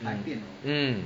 mm